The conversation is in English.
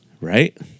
Right